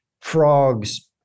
frogs